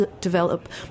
develop